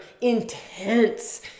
Intense